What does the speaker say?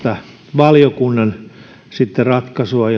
valiokunnan ratkaisua